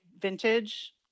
vintage